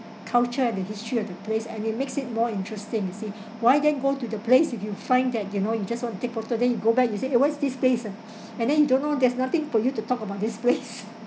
culture and the history of the place and it makes it more interesting you see why then go to the place if you find that you know you just want to take photo then you go back you said eh what is this place ah and then you don't know there's nothing for you to talk about this place